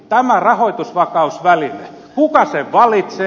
tämä rahoitusvakausväline kuka sen valitsee